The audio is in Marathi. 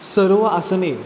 सर्व आसने